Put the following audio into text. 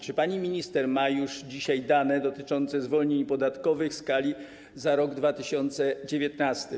Czy pani minister ma już dzisiaj dane dotyczące skali zwolnień podatkowych za rok 2019?